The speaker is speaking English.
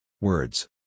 Words